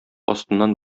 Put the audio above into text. астыннан